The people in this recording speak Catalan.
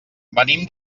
venim